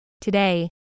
Today